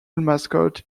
mascot